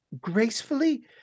gracefully